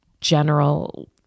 general